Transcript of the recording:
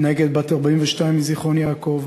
נהגת בת 42 מזיכרון-יעקב,